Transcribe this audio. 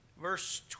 verse